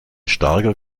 starker